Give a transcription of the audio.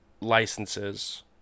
licenses